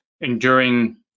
enduring